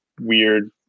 weird